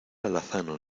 alazano